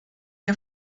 ihr